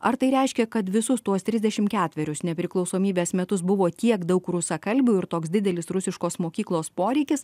ar tai reiškia kad visus tuos trisdešim ketverius nepriklausomybės metus buvo tiek daug rusakalbių ir toks didelis rusiškos mokyklos poreikis